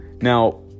Now